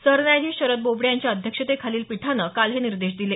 सरन्यायाधीश शरद बोबडे यांच्या अध्यक्षतेखालील पीठानं काल हे निर्देश दिले